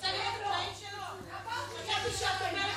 את רוצה לראות, תודה רבה, אדוני היושב-ראש.